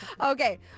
Okay